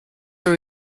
were